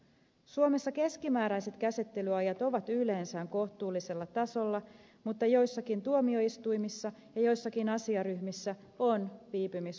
suomessa keskimääräiset käsittelyajat ovat yleensä kohtuullisella tasolla mutta joissakin tuomioistuimissa ja joissakin asiaryhmissä on viipymisongelmia